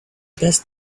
best